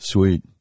Sweet